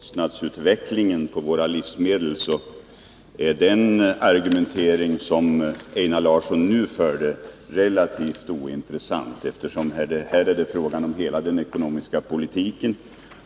Fru talman! När det gäller skulden för utvecklingen av kostnaderna för våra livsmedel är den argumentation som Einar Larsson nu förde relativt ointressant. Här är det ju fråga om hela den ekonomiska politiken.